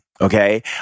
okay